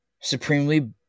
supremely